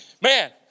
Man